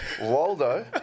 Waldo